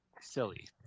silly